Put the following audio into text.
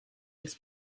was